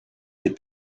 des